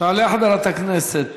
תעלה חברת הכנסת